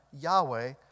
Yahweh